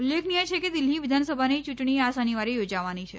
ઉલ્લેખનિય છે કે દિલ્હી વિધાનસભાની યૂંટણી આ શનિવારે યોજાવાની છે